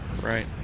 Right